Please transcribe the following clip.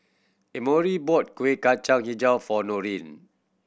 Emory bought Kueh Kacang Hijau for Noreen